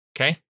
Okay